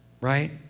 right